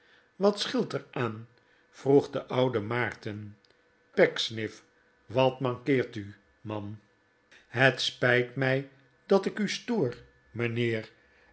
wat scheelt er aan vroeg de oude maarten pecksniff wat mankeert u man het spijt mij dat ik u stoor mijnheer